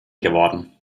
geworden